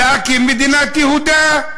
להקים מדינת יהודה,